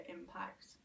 impact